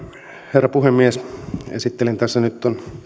herra puhemies esittelen tässä nyt